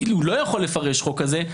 לא יכול לפרש חוק כזה,